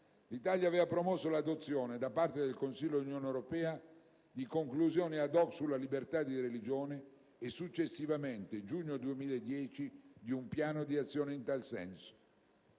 l'Italia aveva promosso l'adozione, da parte del Consiglio dell'Unione Europea, di Conclusioni *ad hoc* sulla libertà di religione e successivamente, nel giugno 2010, di un Piano d'azione in tal senso.